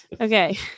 Okay